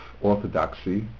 orthodoxy